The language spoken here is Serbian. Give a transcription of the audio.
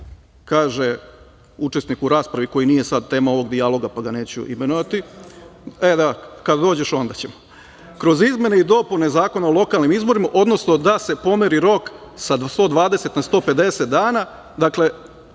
Kaže, učesnik u raspravi, koji nije sada tema ovog dijaloga, pa ga neću imenovati, kroz izmene i dopune Zakona o lokalnim izborima, odnosno da se pomeri rok sa 120 na 150 dana, dakle,